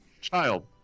Child